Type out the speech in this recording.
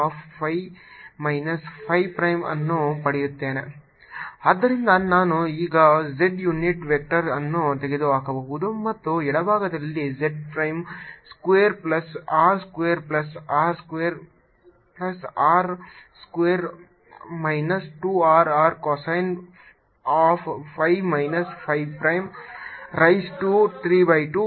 s zcos ϕ s z 0k 0k4π ∞dz02πRdR rcosϕ z2R2r2 2rRcosϕ 32 4πR rR 0 rR ಆದ್ದರಿಂದ ನಾನು ಈಗ z unit vector ಅನ್ನು ತೆಗೆದುಹಾಕಬಹುದು ಮತ್ತು ಎಡಭಾಗದಲ್ಲಿ z prime square plus R square plus R square plus r square minus 2 R r cosine of phi minus phi prime raise to 3 by 2